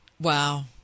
Wow